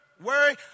worry